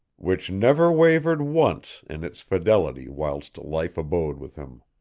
which never wavered once in its fidelity whilst life abode with him.